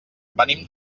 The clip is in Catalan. venim